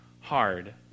hard